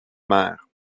mère